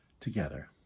together